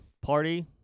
party